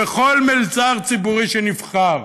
ככל מלצר ציבורי שנבחר,